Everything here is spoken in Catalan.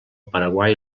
paraguai